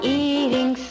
eating